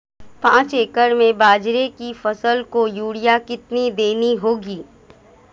पांच एकड़ में बाजरे की फसल को यूरिया कितनी देनी होगी?